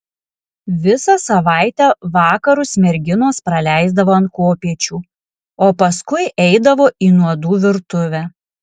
visą savaitę vakarus merginos praleisdavo ant kopėčių o paskui eidavo į nuodų virtuvę